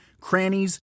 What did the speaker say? crannies